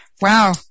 Wow